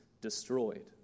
destroyed